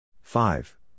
Five